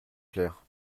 clair